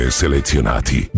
selezionati